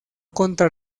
contra